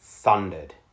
Thundered